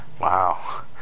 wow